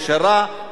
ישרה,